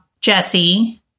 Jesse